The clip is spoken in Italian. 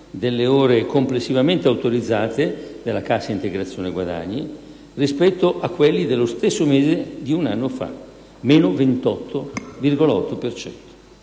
delle ore complessivamente autorizzate della cassa integrazione guadagni rispetto a quelle dello stesso mese di un anno fa: meno 28,8